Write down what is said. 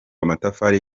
amatafari